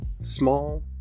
small